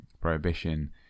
prohibition